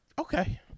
Okay